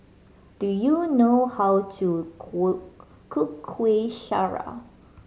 do you know how to cook Kuih Syara